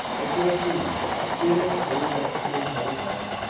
a great relief dear good, excellent old man.